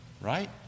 Right